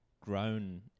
grown